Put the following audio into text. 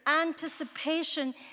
anticipation